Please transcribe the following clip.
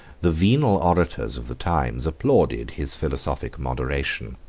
the venal orators of the times applauded his philosophic moderation.